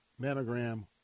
mammogram